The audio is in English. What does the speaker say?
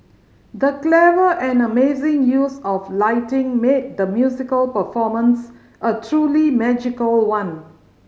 the clever and amazing use of lighting made the musical performance a truly magical one